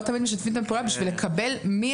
לא תמיד משתפים איתנו פעולה בשביל לקבל מי